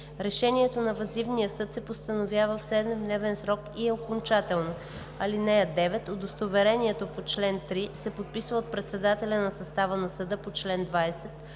Решението на въззивния съд се постановява в 7-дневен срок и е окончателно. (9) Удостоверението по чл. 3 се подписва от председателя на състава на съда по чл. 20,